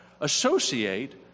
associate